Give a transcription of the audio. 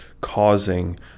causing